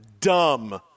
Dumb